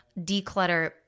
declutter